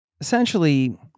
essentially